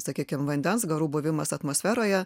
sakykim vandens garų buvimas atmosferoje